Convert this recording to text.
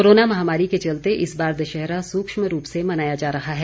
corona महामारी के चलते इस बार दशहरा सूक्ष्म रूप से मनाया जा रहा है